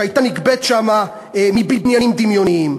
שהייתה נגבית שם מבניינים דמיוניים?